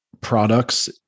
products